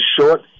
short